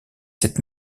cette